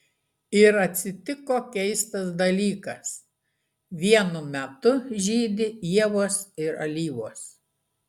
ir atsitiko keistas dalykas vienu metu žydi ievos ir alyvos